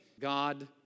God